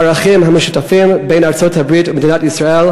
הערכים המשותפים של ארצות-הברית ומדינת ישראל